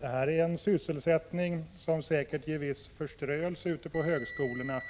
Det här är en sysselsättning som säkert ger viss förströelse ute på högskolorna